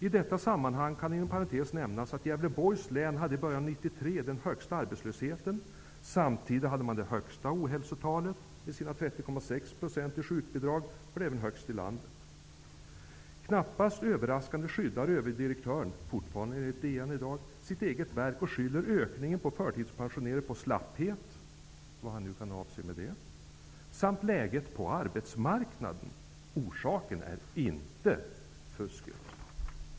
I detta sammanhang kan inom parentes nämnas att Gävleborgs län i början av 1993 hade den högsta arbetslösheten. Samtidigt hade man det högsta ohälsotalet. Med sina 30,5 % i sjukbidrag var man även högst i landet. Knappast överraskande skyddar överdirektören -- fortfarande enligt DN i dag -- sitt eget verk och skyller ökningen av antalet förtidspensionärer på slapphet -- vad han nu kan avse med det -- samt läget på arbetsmarknaden. Orsaken är inte fusket!